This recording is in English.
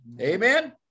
Amen